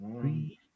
three